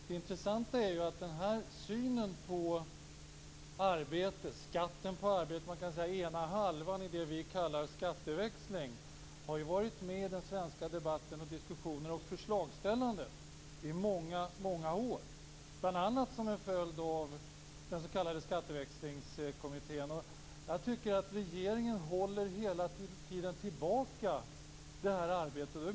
Det intressanta är att synen på arbete och skatten på arbete, dvs. ena halva i det vi kallar skatteväxling, har varit med i den svenska debatten och förslagsställandet i många år, bl.a. som en följd av den s.k. skatteväxlingskommittén. Jag tycker att regeringen hela tiden håller tillbaka det arbetet.